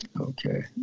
okay